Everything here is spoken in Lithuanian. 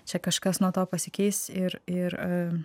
čia kažkas nuo to pasikeis ir ir